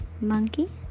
monkey